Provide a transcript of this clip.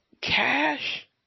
Cash